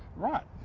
right,